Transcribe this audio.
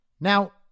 Now